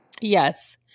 yes